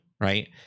right